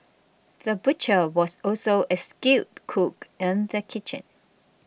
the butcher was also a skilled cook in the kitchen